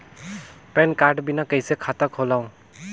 Pan card बिना कइसे खाता खोलव?